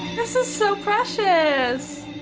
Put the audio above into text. this is so precious.